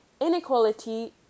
inequality